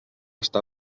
està